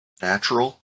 natural